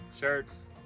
shirts